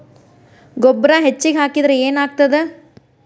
ಗೊಬ್ಬರ ಹೆಚ್ಚಿಗೆ ಹಾಕಿದರೆ ಏನಾಗ್ತದ?